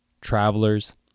travelers